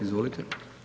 Izvolite.